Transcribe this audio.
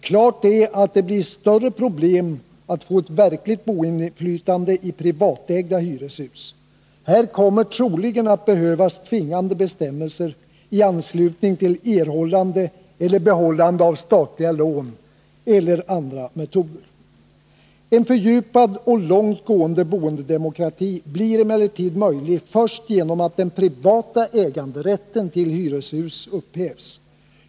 Klart är att det blir större problem att få ett verkligt boendeinflytande i privatägda hyreshus. Här behövs troligen tvingande bestämmelser i anslutning till erhållande eller behållande av statliga lån eller andra metoder. En fördjupad och långt gående boendedemokrati blir emellertid möjlig först genom att den privata äganderätten till hyreshus upphävs.